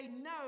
no